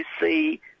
see